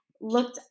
looked